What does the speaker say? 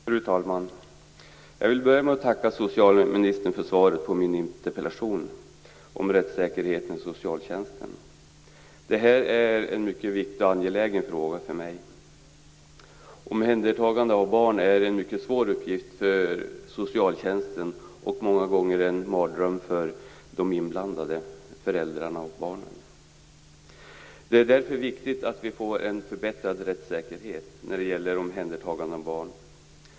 Fru talman! Jag vill börja med att tacka socialministern för svaret på min interpellation om rättssäkerheten inom socialtjänsten. Det här är en mycket viktig och angelägen fråga för mig. Omhändertagande av barn är en mycket svår uppgift för socialtjänsten och många gånger en mardröm för de inblandade föräldrarna och barnen. Det är därför viktigt att vi får en förbättrad rättssäkerhet när det gäller omhändertagande av barn.